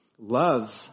Love